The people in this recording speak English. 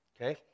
okay